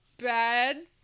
bad